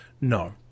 No